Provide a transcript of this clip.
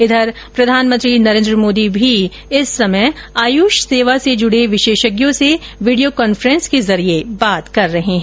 इधर प्रधानमंत्री नरेन्द्र मोदी भी इस समय आयुष सेवा से जुडे विशेषज्ञों से वीडियो कांफ्रेंस के जरिये बात कर रहे है